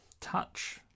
Touch